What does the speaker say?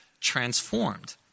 transformed